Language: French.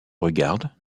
regarde